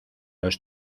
los